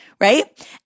right